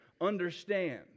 understand